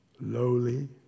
lowly